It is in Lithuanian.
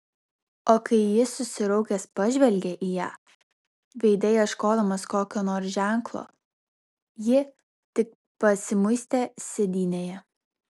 o kai jis susiraukęs pažvelgė į ją veide ieškodamas kokio nors ženklo ji tik pasimuistė sėdynėje